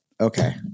Okay